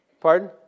Pardon